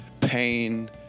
pain